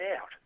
out